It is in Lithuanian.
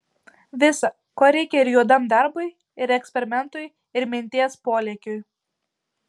visa ko reikia ir juodam darbui ir eksperimentui ir minties polėkiui